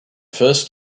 first